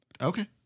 Okay